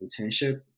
internship